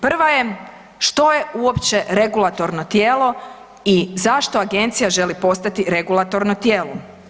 Prva je, što je uopće regulatorno tijelo i zašto agencija želi postati regulatorno tijelo?